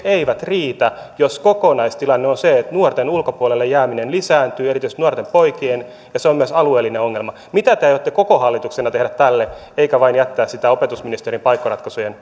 eivät riitä jos kokonaistilanne on se että nuorten ulkopuolelle jääminen lisääntyy erityisesti nuorten poikien ja se on myös alueellinen ongelma mitä te aiotte koko hallituksena tehdä tälle eikä vain jättää sitä opetusministerin paikkoratkaisujen